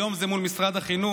היום זה מול משרד החינוך.